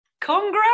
Congrats